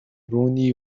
ronnie